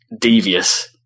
devious